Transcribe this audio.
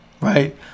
right